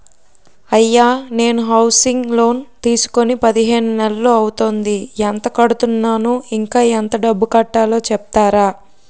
అయ్యా నేను housing loan తీసుకొని పదిహేను నెలలు అవుతోందిఎంత కడుతున్నాను, ఇంకా ఎంత డబ్బు కట్టలో చెప్తారా?